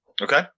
Okay